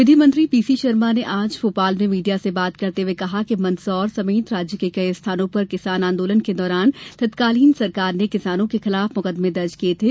विधि मंत्री P C Sharma ने आज भोपाल में मीडिया से बात करते हुये कहा कि मंदसौर समेत राज्य के कई स्थानों पर किसान आंदोलन के दौरान तत्कालीन सरकार ने किसानों के खिलाफ मुकादमें दर्ज किये थे